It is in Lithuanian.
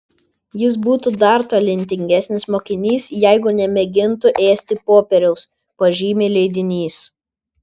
jis būtų dar talentingesnis mokinys jeigu nemėgintų ėsti popieriaus pažymi leidinys